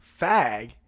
Fag